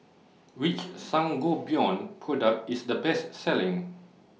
Which Sangobion Product IS The Best Selling